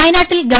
വയനാട്ടിൽ ഗവ